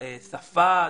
שפה,